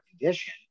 condition